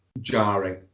jarring